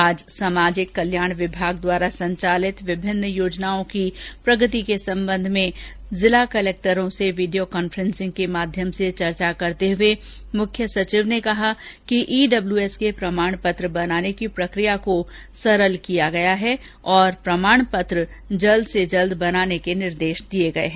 आज सामाजिक कल्याण विभाग द्वारा संचालित विभिन्न योजनाओं की प्रगति के संबंध में जिला कलक्टरों से वीडियो कॉफेंसिंग के माध्यम से चर्चा करते हुए मुख्य सचिव ने कहा कि ईडब्ल्यूएस के प्रमाण पत्र बनाने की प्रक्रिया को सरल किया गया है तथा प्रमाण पत्र जल्द से जल्द बनाने के निर्देश दिये गये हैं